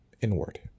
inward